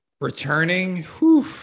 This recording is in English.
Returning